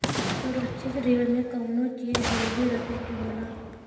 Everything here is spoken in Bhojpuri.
सुरक्षित ऋण में कउनो चीज गिरवी रखे के होला